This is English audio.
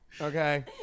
Okay